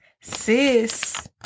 sis